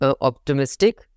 optimistic